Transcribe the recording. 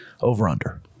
over-under